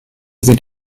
sind